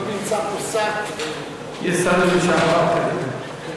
לא נמצא פה שר, יש שרים לשעבר, כנראה.